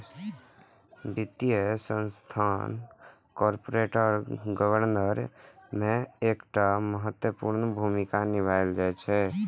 वित्तीय संस्थान corporate governance मे एकटा महत्वपूर्ण भूमिका निभाबै छै